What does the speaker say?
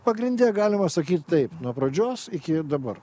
pagrindine galima sakyt taip nuo pradžios iki dabar